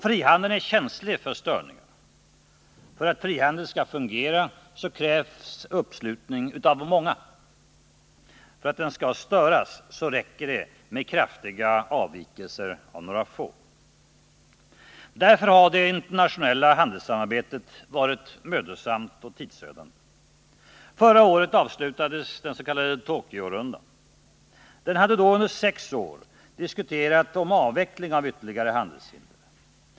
Och den är känslig för störningar. För att frihandeln skall fungera krävs uppslutning från många. För att den skall störas räcker det med kraftiga avvikelser från några få. Därför har det internationella handelssamarbetet varit mödosamt och tidsödande. Förra året avslutades den s.k. Tokyorundan. Den hade då under sex år diskuterat frågan om avveckling av ytterligare handelshinder.